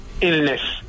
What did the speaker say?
illness